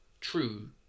true